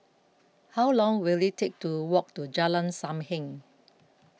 how long will it take to walk to Jalan Sam Heng